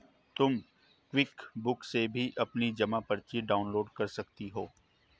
तुम क्विकबुक से भी अपनी जमा पर्ची डाउनलोड कर सकती हो